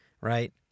right